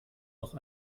noch